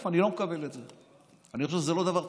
אני לא מקבל את זה, אני חושב שזה לא דבר טוב,